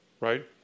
right